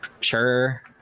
Sure